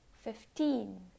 fifteen